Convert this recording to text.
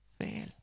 fail